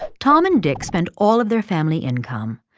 ah tom and dick spent all of their family income.